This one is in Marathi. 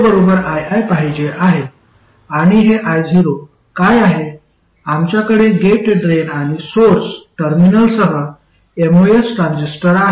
आणि हे io काय आहे आमच्याकडे गेट ड्रेन आणि सोर्स टर्मिनलसह एमओएस ट्रान्झिस्टर आहे